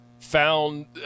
found